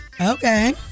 Okay